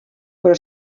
però